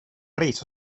reso